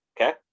Okay